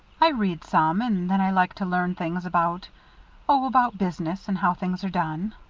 i read some, and then i like to learn things about oh, about business, and how things are done.